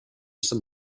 some